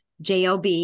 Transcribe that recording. JOB